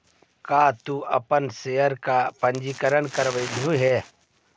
का तू अपन शेयर का पंजीकरण करवलु हे